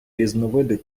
різновиди